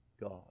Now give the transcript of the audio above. God